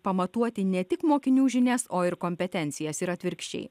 pamatuoti ne tik mokinių žinias o ir kompetencijas ir atvirkščiai